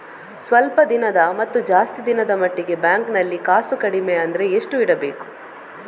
ಸ್ವಲ್ಪ ದಿನದ ಮತ್ತು ಜಾಸ್ತಿ ದಿನದ ಮಟ್ಟಿಗೆ ಬ್ಯಾಂಕ್ ನಲ್ಲಿ ಕಾಸು ಕಡಿಮೆ ಅಂದ್ರೆ ಎಷ್ಟು ಇಡಬೇಕು?